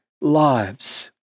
lives